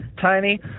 Tiny